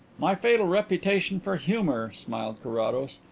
my fatal reputation for humour! smiled carrados.